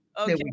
Okay